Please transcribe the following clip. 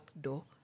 door